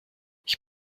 ich